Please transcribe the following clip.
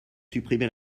supprimez